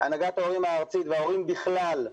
שהנהגת ההורים הארצית וההורים בכלל מאוד,